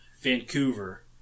Vancouver